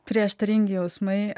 prieštaringi jausmai